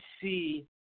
see